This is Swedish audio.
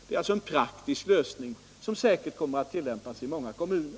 Det är en praktisk lösning som säkert kommer att tillämpas i många kommuner.